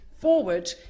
forward